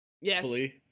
Yes